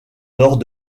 nord